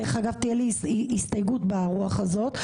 דרך אגב תהיה לי הסתייגות ברוח הזאת,